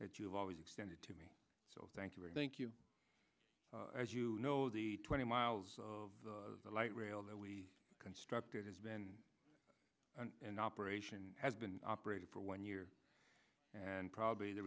that you've always extended to me so thank you very thank you as you know the twenty miles of light rail that we constructed has been an operation has been operated for one year and probably the